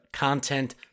content